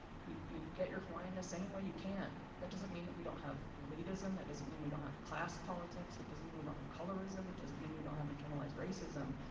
you you get your hawaiian-ness any way you can that doesn't mean that we don't have eliteism, it doesn't mean we don't have class politics, it doesn't mean we don't have colorism, it doesn't mean we don't have internalized racism.